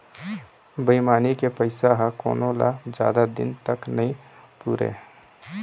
बेईमानी के पइसा ह कोनो ल जादा दिन तक नइ पुरय